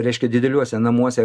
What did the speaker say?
reiškia dideliuose namuose